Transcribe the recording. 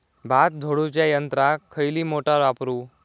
भात झोडूच्या यंत्राक खयली मोटार वापरू?